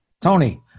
Tony